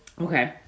Okay